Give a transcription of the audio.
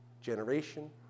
Generation